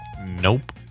Nope